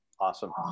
Awesome